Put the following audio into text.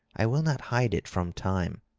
i will not hide it from time.